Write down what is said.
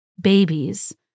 babies